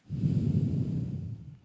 okay